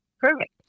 perfect